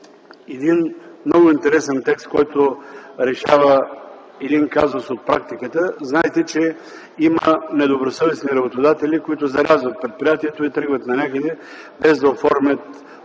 един много интерес текст, който решава един казус от практиката. Знаете, че има недобросъвестни работодатели, които зарязват предприятието и тръгват нанякъде, без да оформят